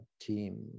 team